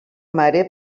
mare